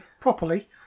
Properly